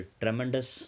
tremendous